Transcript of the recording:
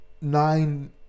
nine